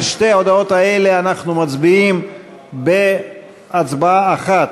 על שתי ההודעות האלה אנחנו מצביעים בהצבעה אחת.